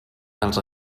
els